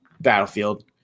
Battlefield